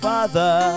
Father